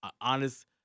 honest